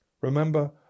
Remember